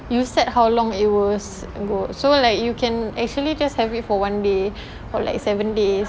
you set how long it was so like you can actually just have it for one day for like seven days